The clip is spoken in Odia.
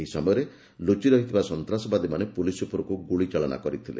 ଏହି ସମୟରେ ଲୁଚି ରହିଥିବା ସନ୍ତାସବାଦୀମାନେ ପୁଲିସ୍ ଉପରକୁ ଗୁଳିଚାଳନା କରିଥିଲେ